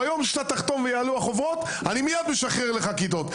ביום שתחתום ויעלו החוברות אני מיד משחרר לך כיתות.